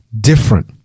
different